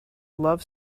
love